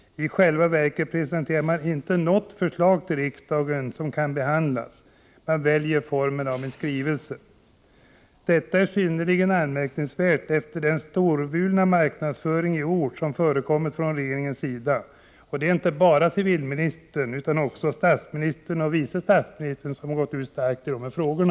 I själva verket presenterar man inte något förslag till riksdagen som kan behandlas. Man väljer att presentera ett dokument i form av en skrivelse. Detta är synnerligen anmärkningsvärt, efter den storvulna marknadsföring i ord som har förekommit från regeringens sida. Det är inte bara civilministern utan också statsministern och vice statsministern som har gått ut starkt i dessa frågor.